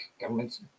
governments